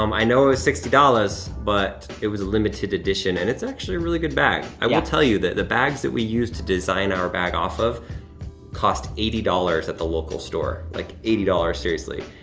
um i know it was sixty dollars, but it was a limited edition, and it's actually a really good bag. yeah. i will tell you, that the bags that we used to design our bag off of cost eighty dollars at the local store. like eighty dollars, seriously.